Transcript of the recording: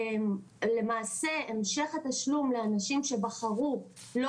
למעשה המשך התשלום לאנשים שבחרו לא